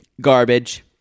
Garbage